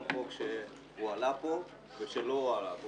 כל חוק שעלה פה ולא עלה פה.